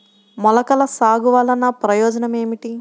మొలకల సాగు వలన ప్రయోజనం ఏమిటీ?